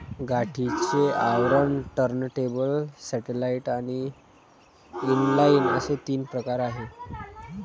गाठीचे आवरण, turntable, satellite आणि इनलाइन असे तीन प्रकार आहे